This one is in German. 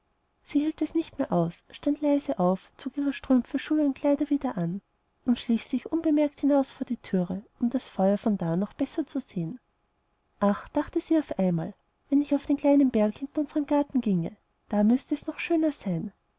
sie hielt es nicht mehr aus stand leise auf zog ihre strümpfe schuhe und kleider wieder an und schlich sich unbemerkt hinaus vor die türe um das feuer von da noch besser zu sehen ach dachte sie auf einmal wenn ich auf den kleinen berg hinter unserm garten ginge da müßte es noch schöner sein